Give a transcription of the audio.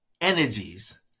energies